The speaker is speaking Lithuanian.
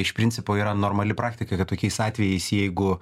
iš principo yra normali praktika kad tokiais atvejais jeigu